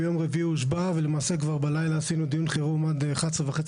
ביום רביעי הוא הושבע ולמעשה כבר בלילה עשינו דיון חירום עד 23:30